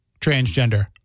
transgender